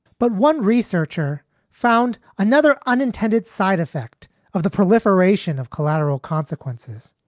but one researcher found another unintended side effect of the proliferation of collateral consequences.